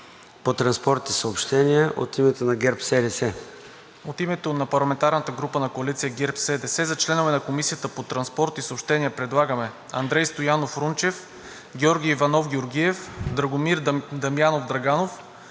по транспорт и съобщения от името на ГЕРБ-СДС. СТЕФАН МИРЕВ (ГЕРБ-СДС): От името на парламентарната група на Коалиция ГЕРБ-СДС за членове на Комисията по транспорт и съобщения предлагаме Андрей Стоянов Рунчев, Георги Иванов Георгиев, Драгомир Дамянов Драганов,